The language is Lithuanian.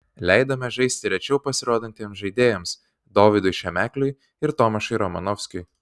leidome žaisti rečiau pasirodantiems žaidėjams dovydui šemekliui ir tomašui romanovskiui